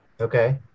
Okay